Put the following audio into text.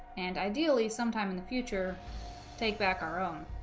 and ideally sometime in the future take back our own